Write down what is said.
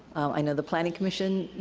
i know the planning commission, you